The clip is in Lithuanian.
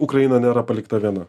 ukraina nėra palikta viena